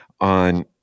on